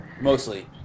Mostly